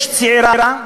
צעירה,